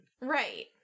Right